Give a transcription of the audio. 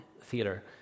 Theater